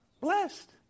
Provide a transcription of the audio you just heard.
Blessed